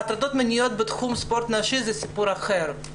ההטרדות המיניות בתחום ספורט נשי זה סיפור אחר.